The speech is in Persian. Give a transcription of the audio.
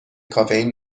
کافئین